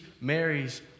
Mary's